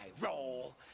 roll